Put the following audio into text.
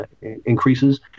increases